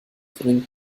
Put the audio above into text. bringt